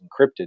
encrypted